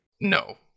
No